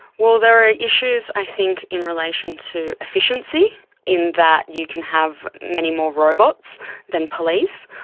well, there are issues i think in relation to efficiency in that you can have many more robots than police.